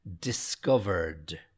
discovered